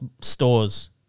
stores